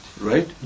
Right